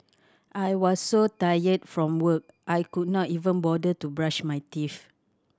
I was so tired from work I could not even bother to brush my teeth